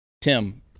Tim